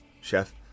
Chef